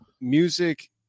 music